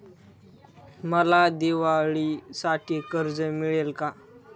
मला दिवाळीसाठी कर्ज मिळेल का?